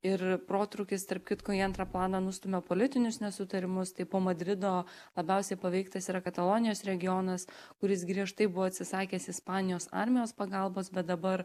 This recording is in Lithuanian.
ir protrūkis tarp kitko į antrą planą nustumia politinius nesutarimus tai po madrido labiausiai paveiktas yra katalonijos regionas kuris griežtai buvo atsisakęs ispanijos armijos pagalbos bet dabar